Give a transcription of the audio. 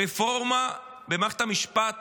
רפורמה במערכת המשפט